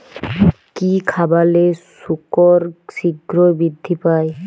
কি খাবালে শুকর শিঘ্রই বৃদ্ধি পায়?